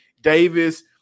Davis